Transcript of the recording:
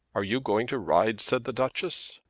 are you going to ride? said the duchess.